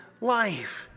life